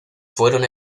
fueron